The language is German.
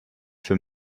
für